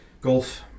golf